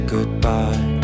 Goodbye